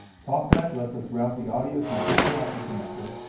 talkback lets us route the audio to a different output connector,